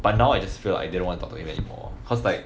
but now I just feel like I didn't want to talk to him anymore cause like